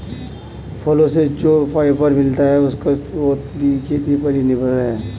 फलो से जो फाइबर मिलता है, उसका स्रोत भी खेती पर ही निर्भर है